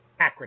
acronym